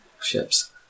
ships